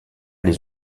les